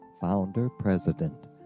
founder-president